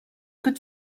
could